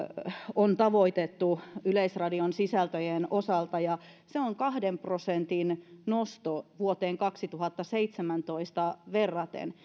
on tavoitettu yleisradion sisältöjen osalta ja se on kahden prosentin nosto vuoteen kaksituhattaseitsemäntoista verraten